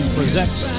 Presents